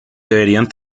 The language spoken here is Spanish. deberían